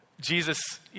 Jesus